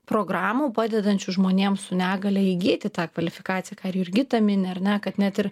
programų padedančių žmonėm su negalia įgyti tą kvalifikaciją ką ir jurgita mini ar ne kad net ir